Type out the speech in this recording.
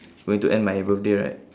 going to end my birthday right